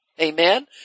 Amen